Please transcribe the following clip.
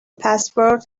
password